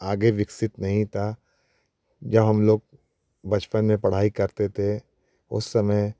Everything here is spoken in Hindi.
आगे विकसित नहीं था जब हम लोग बचपन में पढ़ाई करते थे उस समय